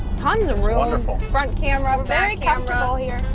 tons of wonderful front camera um very camera here.